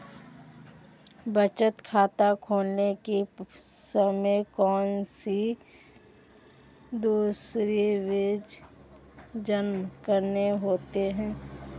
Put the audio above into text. बचत खाता खोलते समय कौनसे दस्तावेज़ जमा करने होंगे?